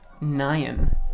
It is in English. nine